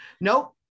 nope